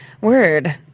Word